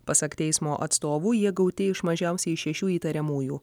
pasak teismo atstovų jie gauti iš mažiausiai šešių įtariamųjų